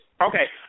Okay